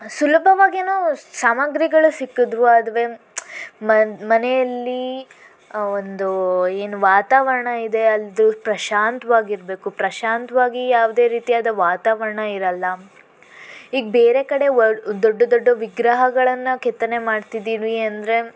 ಸುಲಭವಾಗೇನೂ ಸಾಮಗ್ರಿಗಳು ಸಿಕ್ಕದ್ವು ಆದರೆ ಮ ಮನೆಯಲ್ಲಿ ಒಂದು ಏನು ವಾತಾವರಣ ಇದೆ ಅದು ಪ್ರಶಾಂತವಾಗಿರ್ಬೇಕು ಪ್ರಶಾಂತವಾಗಿ ಯಾವುದೇ ರೀತಿಯಾದ ವಾತಾವರಣ ಇರಲ್ಲ ಈಗ ಬೇರೆ ಕಡೆ ವಲ್ ದೊಡ್ದ ದೊಡ್ದ ವಿಗ್ರಹಗಳನ್ನು ಕೆತ್ತನೆ ಮಾಡ್ತಿದ್ದೀವಿ ಅಂದರೆ